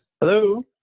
Hello